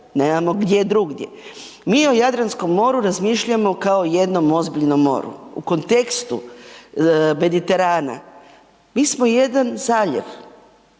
nemamo gdje drugdje. Mi o Jadranskom moru razmišljamo kao o jednom ozbiljnom moru. U kontekstu Mediterana, mi smo jedan zaljev